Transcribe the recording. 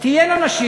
תהיינה נשים,